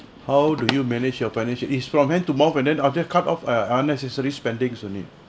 how do you manage your financial it's from hand to mouth and then after that cut off uh unnecessary spendings only